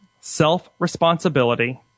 Self-responsibility